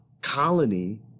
colony